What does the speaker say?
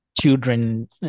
children